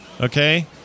Okay